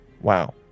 Wow